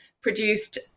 produced